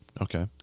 Okay